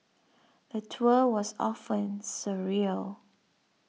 the tour was often surreal